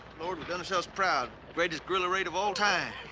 lord, we done ourselves proud. greatest guerrilla raid of all time.